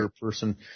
person